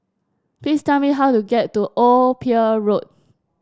please tell me how to get to Old Pier Road